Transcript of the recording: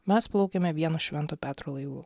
mes plaukiame vienu švento petro laivu